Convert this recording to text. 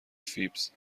فیبز